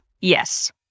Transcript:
Yes